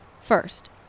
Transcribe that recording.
First